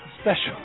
special